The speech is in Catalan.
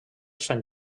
sant